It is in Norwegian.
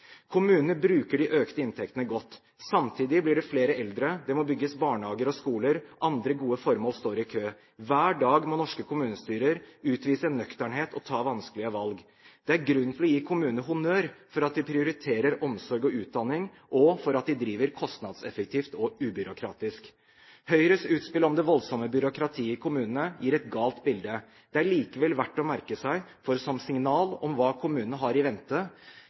Kommunene bruker de økte inntektene godt. Samtidig blir det flere eldre, det må bygges barnehager og skoler – andre gode formål står i kø. Hver dag må norske kommunestyrer utvise nøkternhet og ta vanskelige valg. Det er grunn til å gi kommunene honnør for at de prioriterer omsorg og utdanning, og for at de driver kostnadseffektivt og ubyråkratisk. Høyres utspill om det voldsomme byråkratiet i kommunene gir et galt bilde. Det er likevel verdt å merke seg, for som signal om hva kommunene har i vente